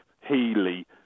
Healy